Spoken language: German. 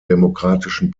demokratischen